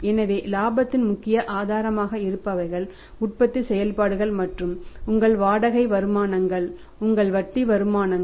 எனவே இலாபத்தின் முக்கிய ஆதாரமாக இருப்பவைகள் உற்பத்தி செயல்பாடுகள் மற்றும் உங்கள் வாடகை வருமானங்கள் உங்கள் வட்டி வருமானங்கள்